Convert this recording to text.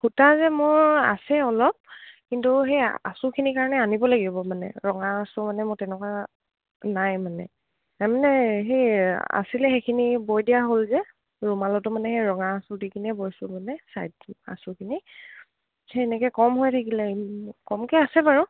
সূতা যে মোৰ আছে অলপ কিন্তু সেই আচুখিনিৰ কাৰণে আনিব লাগিব মানে ৰঙা আচো মানে মোৰ তেনেকুৱা নাই মানে ত মানে সেই আছিলে সেইখিনি বৈ দিয়া হ'ল যে ৰুমালতো মানে সেই ৰঙা আচু দি কিনে বৈছোঁ মানে ছাইড আচুখিনি সেই সেনেকে কম হৈ থাকিলে কমকে আছে বাৰু